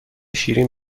شیرین